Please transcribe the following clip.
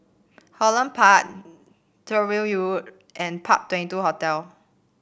Holland Park Tyrwhitt Road and Park Twenty two Hotel